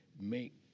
make